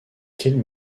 quelle